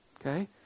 okay